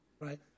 Right